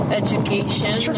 education